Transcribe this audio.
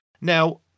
Now